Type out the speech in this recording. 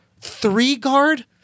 three-guard